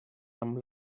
amb